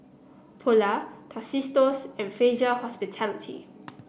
Polar Tostitos and Fraser Hospitality